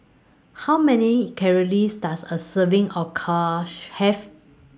How Many Calories Does A Serving of Cush Have